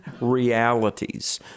realities